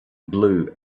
blue